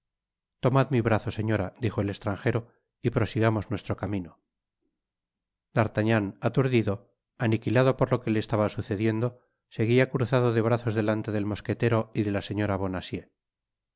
tomad mi brazo señora dijo el estranjero y prosigamos nuestro camino d'artagnan aturdido aniquilado por lo que le estaba sucediendo seguia cruzado de brazos delante del mosquetero y de la señora